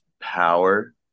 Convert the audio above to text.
power